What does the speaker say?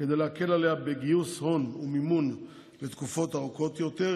כדי שתדון בה במנותק מלוחות הזמנים של חוק ההסדרים.